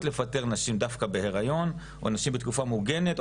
לפטר נשים דווקא בהיריון או נשים בתקופה מוגנת,